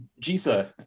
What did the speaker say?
jisa